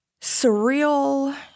surreal